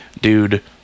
dude